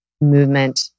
movement